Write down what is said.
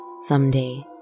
someday